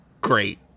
great